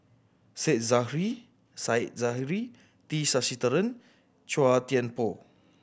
Say Zahari Said Zahari T Sasitharan Chua Thian Poh